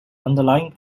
underlying